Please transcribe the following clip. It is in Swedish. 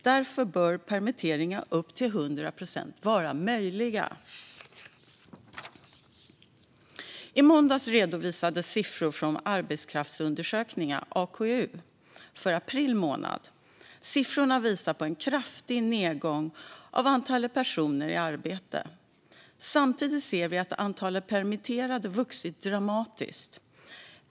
Därför bör permitteringar upp till 100 procent vara möjliga. I måndags redovisades siffror från arbetskraftsundersökningarna, AKU, för april månad. Siffrorna visar på en kraftig nedgång av antalet personer i arbete. Samtidigt ser vi att antalet permitterade ökat dramatiskt.